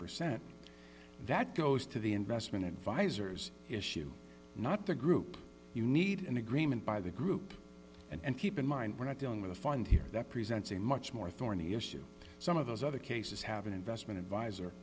percent that goes to the investment advisors issue not the group you need an agreement by the group and keep in mind we're not dealing with a fund here that presents a much more thorny issue some of those other cases have an investment advisor